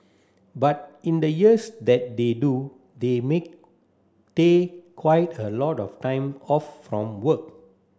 but in the years that they do they make take quite a lot of time off from work